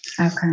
Okay